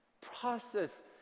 process